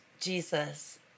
Jesus